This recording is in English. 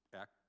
act